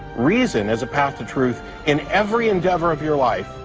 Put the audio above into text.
reason as a path to truth in every endeavor of your life,